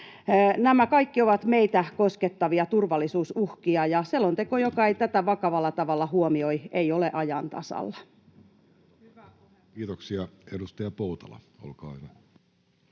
Nämä kaikki ovat meitä koskettavia turvallisuusuhkia, ja selonteko, joka ei tätä vakavalla tavalla huomioi, ei ole ajan tasalla. Kiitoksia. — Edustaja Poutala, olkaa hyvä.